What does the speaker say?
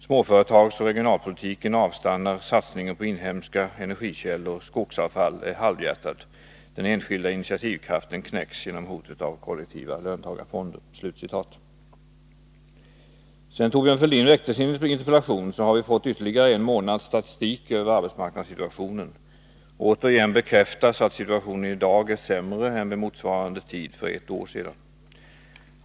Småföretagsoch regionalpolitiken avstannar. Satsningen på inhemska energikällor — skogsavfall — är halvhjärtad. Den enskilda initiativkraften knäcks genom hotet av kollektiva löntagarfonder.” Sedan Thorbjörn Fälldin väckte sin interpellation har vi fått ytterligare en månads statistik över arbetsmarknadssituationen. Återigen bekräftas att situationen i dag är sämre än vid motsvarande tid för ett år sedan.